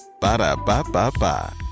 Ba-da-ba-ba-ba